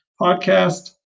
podcast